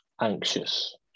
anxious